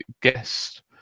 guest